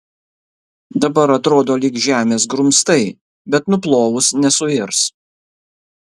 dabar atrodo lyg žemės grumstai bet nuplovus nesuirs